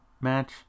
match